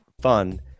fun